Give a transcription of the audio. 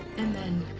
and then.